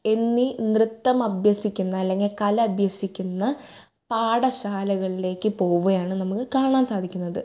എന്നീ നൃത്തം അഭ്യസിക്കുന്ന അല്ലെങ്കിൽ കല അഭ്യസിക്കുന്ന പാഠശാലകളിലേക്ക് പോകുന്നതാണ് നമുക്ക് കാണാൻ സാധിക്കുന്നത്